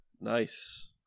Nice